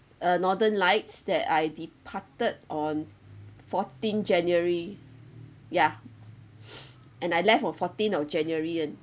uh northern lights that I departed on fourteen january yeah and I left on fourteen of januarian